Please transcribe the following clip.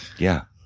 yeah,